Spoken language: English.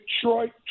detroit